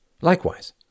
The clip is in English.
Likewise